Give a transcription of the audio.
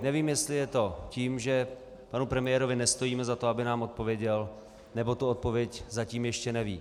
Nevím, jestli je to tím, že panu premiérovi nestojíme za to, aby nám odpověděl, nebo tu odpověď zatím ještě neví.